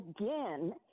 again